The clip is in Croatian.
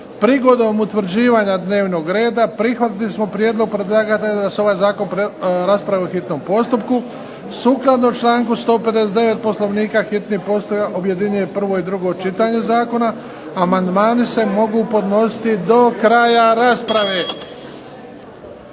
Prigodom utvrđivanja dnevnog reda prihvatili smo prijedlog predlagatelja da se ovaj zakon raspravi u hitnom postupku. Sukladno članku 159. Poslovnika hitni postupak objedinjuje prvo i drugo čitanje zakona. Amandmani se mogu podnositi do kraja rasprave.